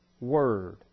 Word